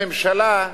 הממשלה,